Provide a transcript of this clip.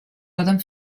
poden